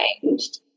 changed